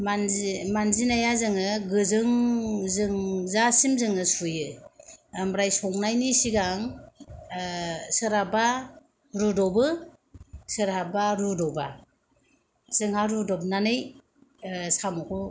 मानजिनाया जोङो गोजों जोंजासिम जोङो सुयो ओमफ्राय संनायनि सिगां सोरहाबा रुद'बो सोरहाबा रुद'बा जोंहा रुद'बनानै साम'खौ